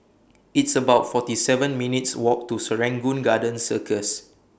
It's about forty seven minutes' Walk to Serangoon Garden Circus